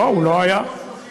לא, הוא לא היה, מ-1933.